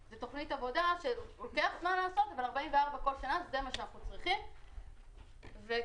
זה מה שאנחנו צריכים כדי לתת מענה באמת מלא.